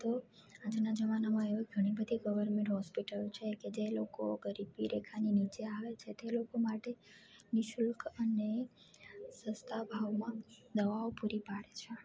તો આજના જમાનામાં એવી ઘણી બધી ગવર્મેન્ટ હોસ્પિટલો છે કે જે લોકો ગરીબી રેખાની નીચે આવે છે તે લોકો માટે નિ શુલ્ક અને સસ્તા ભાવમાં દવાઓ પૂરી પાડે છે